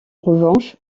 revanche